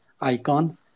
icon